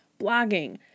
blogging